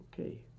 Okay